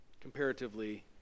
comparatively